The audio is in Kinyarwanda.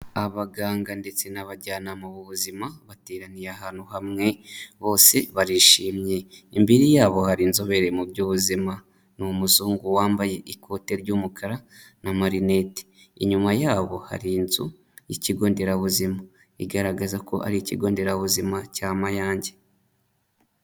Abaganga ndetse n'abajyana b'ubuzima bateraniye ahantu hamwe bose barishimye, imbere yabo hari inzobere mu by'ubuzima. Ni umuzungu wambaye ikote ry'umukara n'amarineti, inyuma yabo hari inzu y'ikigo nderabuzima. Igaragaza ko ari ikigo nderabuzima cya Mayange.